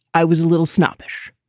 i was a little snobbish.